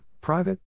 private